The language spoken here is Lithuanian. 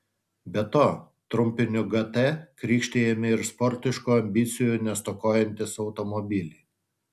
be to trumpiniu gt krikštijami ir sportiškų ambicijų nestokojantys automobiliai